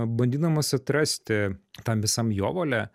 bandydamas atrasti tam visam jovale